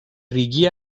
ریگی